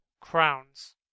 crowns